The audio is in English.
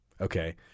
Okay